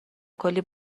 کلی